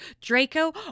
Draco